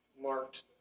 Marked